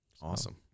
Awesome